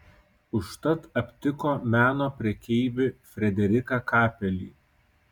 užtat aptiko meno prekeivį frederiką kapelį